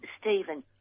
Stephen